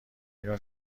اینو